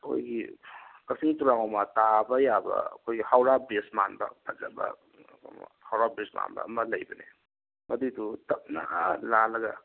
ꯑꯩꯈꯣꯏꯒꯤ ꯀꯥꯛꯆꯤꯡ ꯇꯨꯔꯦꯜ ꯋꯥꯡꯃ ꯇꯥꯕ ꯌꯥꯕ ꯑꯩꯈꯣꯏ ꯍꯧꯔꯥ ꯕ꯭ꯔꯤꯖ ꯃꯥꯟꯕ ꯐꯖꯕ ꯍꯧꯔꯥ ꯕ꯭ꯔꯤꯖ ꯃꯥꯟꯕ ꯑꯃ ꯂꯩꯕꯅꯦ ꯃꯗꯨꯏꯗꯨ ꯇꯞꯅ ꯂꯥꯜꯂꯒ